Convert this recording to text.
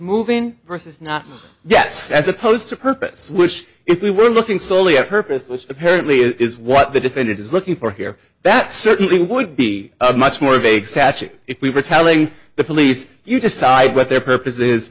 moving versus not yes as opposed to purpose which if we were looking soley on purpose which apparently is what the defendant is looking for here that certainly would be a much more vague statute if we were telling the police you decide what their purpose